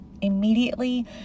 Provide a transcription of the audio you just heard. Immediately